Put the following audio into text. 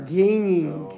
gaining